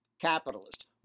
capitalist